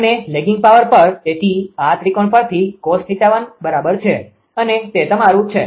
અને lagging power પર તેથી આ ત્રિકોણ પરથી cos𝜃1છે અને તે તમારું છે